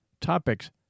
topics